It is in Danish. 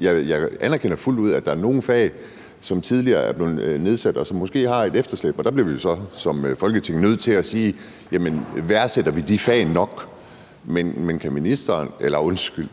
Jeg anerkender fuldt ud, at der er nogle fag, hvor lønnen tidligere er blevet nedsat, og hvor vi måske har et efterslæb, og der bliver vi så som Folketing nødt til at sige: Værdsætter vi de fag nok? Men kan ministeren – undskyld,